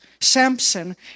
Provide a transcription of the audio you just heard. Samson